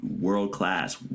world-class